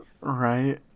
right